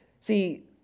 See